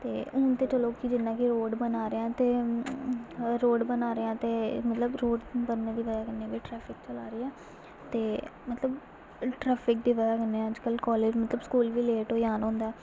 ते हून ते चलो जि'न्ने की रोड बना दे आं ते रोड बना दे आं ते मतलब रोड बनने दी बजह कन्नै गै ट्रैफिक चला दी ऐ ते मतलब ट्रैफिक दी बजह कन्नै अज्जकल कॉलेज़ मतलब स्कूल बी लेट होई जान होंदा ऐ